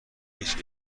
هیچ